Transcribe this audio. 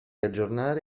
aggiornare